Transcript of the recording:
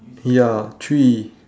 ya three